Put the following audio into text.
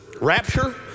rapture